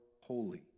holy